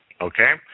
Okay